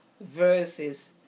verses